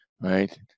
right